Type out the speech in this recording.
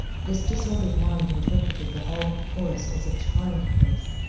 his disordered mind interpreted the hall of the forest as a charnel place.